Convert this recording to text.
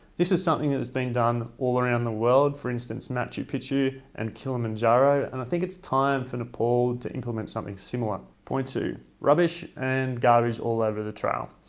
this is something that has been done all around the world for instance macchu picchu and kilimanjaro, and i think it's time for nepal to implement something similar. point two. rubbish and garbage all over the trail.